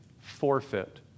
forfeit